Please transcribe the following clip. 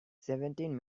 seventeen